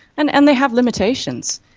and and they have limitations.